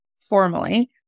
formally